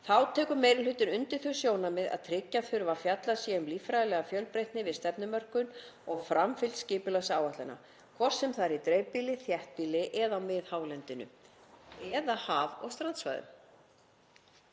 Þá tekur meiri hlutinn undir þau sjónarmið að tryggja þurfi að fjallað sé um líffræðilega fjölbreytni við stefnumörkun og framfylgd skipulagsáætlana, hvort sem það er í dreifbýli, þéttbýli, á miðhálendinu eða haf- og strandsvæðum.